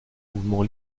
mouvement